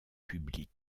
publics